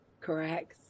Correct